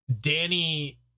Danny